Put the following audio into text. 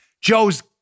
Joe's